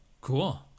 cool